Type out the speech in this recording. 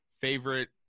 favorite